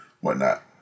whatnot